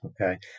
Okay